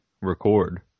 record